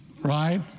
right